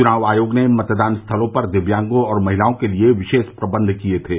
चुनाव आयोग ने मतदान स्थलों पर दिव्यांगों और महिलाओं के लिए विशेष प्रबन्ध किए थे